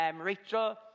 Rachel